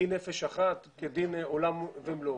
דין נפש אחת כדין עולם ומלואו.